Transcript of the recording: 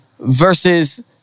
versus